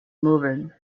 moving